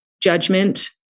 judgment